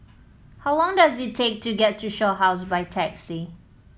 how long does it take to get to Shaw House by taxi